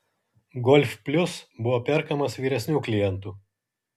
golf plius buvo perkamas vyresnių klientų